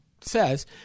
says